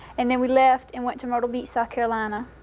and then, we left and went to myrtle beach, south carolina.